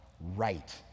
right